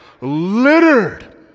littered